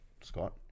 Scott